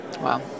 Wow